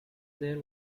there